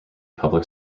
public